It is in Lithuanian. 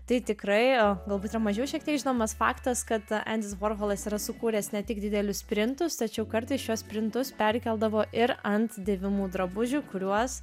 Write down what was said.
tai tikrai o galbūt yra mažiau šiek tiek žinomas faktas kad endis vorholas yra sukūręs ne tik didelius printus tačiau kartais šiuos printus perkeldavo ir ant dėvimų drabužių kuriuos